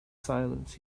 silence